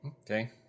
Okay